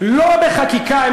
לא בחקיקה.